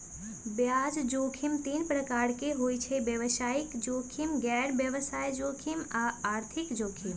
बजार जोखिम तीन प्रकार के होइ छइ व्यवसायिक जोखिम, गैर व्यवसाय जोखिम आऽ आर्थिक जोखिम